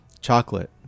chocolate